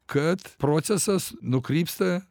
kad procesas nukrypsta